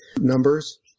numbers